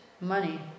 money